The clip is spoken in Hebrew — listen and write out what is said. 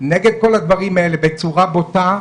נגד כל הדברים האלה בצורה בוטה,